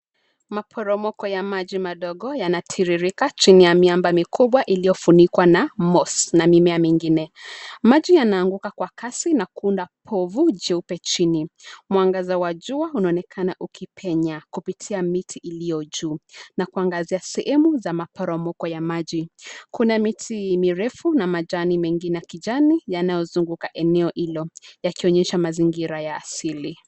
Maporomoko ya maji madogo yanatiririka chini ya miamba mikubwa iliyofunikwa na moss na mimea mingine. Maji yanaanguka kwa kasi na kuunda povu jeupe chini. Mwangaza wa juu unaonekana ukipenya kupitia miti iliyo juu na kuangazia sehemu za maporomoko ya maji. Kuna miti mirefu na majani mengine ya kijani yanayozunguka eneo hilo yakionyesha mazingira ya asili.